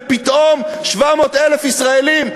ופתאום 700,000 ישראלים,